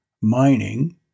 mining